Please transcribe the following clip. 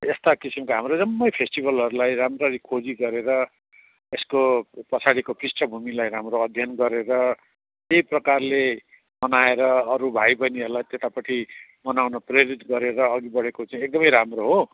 यस्ता किसिमको हाम्रो जम्मै फेस्टिबलहरूलाई राम्ररी खोजी गरेर यसको पछाडिको पृष्टभूमिलाई राम्रो अध्ययन गरेर त्यही प्रकारले मनाएर अरू भाइबहिनीहरूलाई त्यतापटि मनाउनु प्रेरित गरेर अघि बढेको चाहिँ एकदमै राम्रो हो